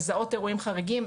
מזהות אירועים חריגים,